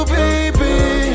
baby